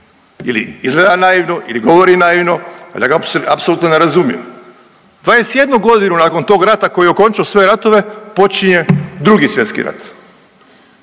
li izgleda naivno ili govori naivno, ali ja ga apsolutno ne razumijem. 21 godinu nakon tog rata koji je okončao sve ratove počinje Drugi svjetski rat.